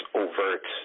overt